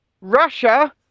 Russia